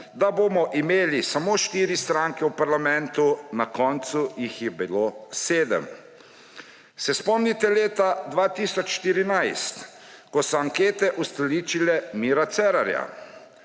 da bomo imeli samo štiri stranke v parlamentu, na koncu jih je bilo sedem. Se spomnite leta 2014, ko so ankete ustoličile Mira Cerarja?